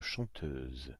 chanteuse